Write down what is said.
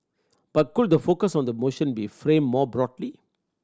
but could the focus on the motion be framed more broadly